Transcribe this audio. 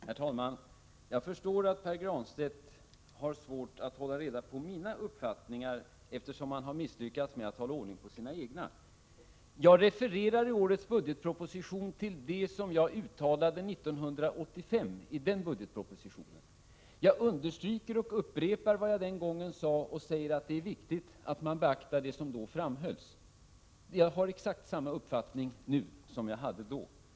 Herr talman! Jag förstår att Pär Granstedt har svårt att hålla reda på mina uppfattningar, eftersom han har misslyckats med att hålla ordning på sina egna. Jag refererar i årets budgetproposition till det som jag uttalade i 1985 Prot. 1987/88:71 års budgetproposition. Jag understryker vad jag den gången sade och 18 februari 1988 upprepar att det är viktigt att man beaktar det som då framhölls. Exakt Om hemspråksundersamma uppfattning som jag hade då har jag också nu.